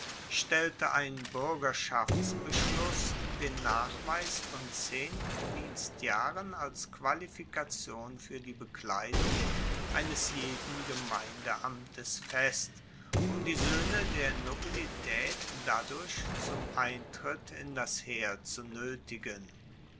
stellte ein buergerschaftsbeschluss den nachweis von zehn dienstjahren als qualifikation fuer die bekleidung eines jeden gemeindeamtes fest um die soehne der nobilitaet dadurch zum eintritt in das heer zu noetigen